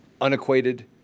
unequated